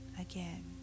again